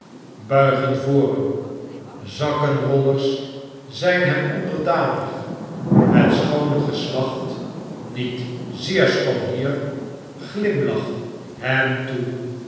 voor hem zakkenrollers zijn hem onderdanig het schoone geslacht niet zeer schoon hier glimlach hem toe